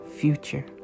future